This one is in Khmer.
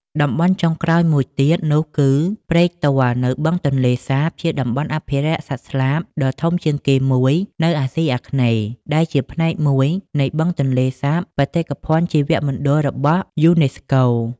តំបន់់ចុងក្រោយមួយទៀតនោះគឺ ព្រែកទាល់នៅបឹងទន្លេសាបជាតំបន់អភិរក្សសត្វស្លាបដ៏ធំជាងគេមួយនៅអាស៊ីអាគ្នេយ៍ ដែលជាផ្នែកមួយនៃបឹងទន្លេសាបបេតិកភណ្ឌជីវមណ្ឌលរបស់ UNESCO។